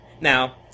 Now